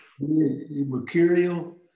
Mercurial